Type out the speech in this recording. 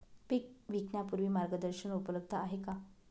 पीक विकण्यापूर्वी मार्गदर्शन उपलब्ध आहे का?